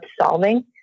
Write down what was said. solving